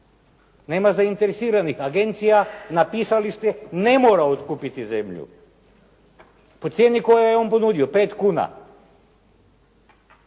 Nema zainteresiranih. Agencija, napisali ste, ne mora otkupiti zemlju po cijeni koju je on ponudio od 5 kuna.